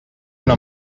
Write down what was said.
una